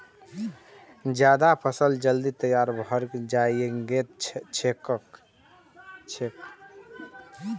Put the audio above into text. जायद फसल जल्दी तैयार भए जाएत छैक